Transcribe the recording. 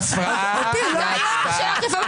הצבעה לא אושרה.